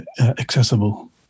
accessible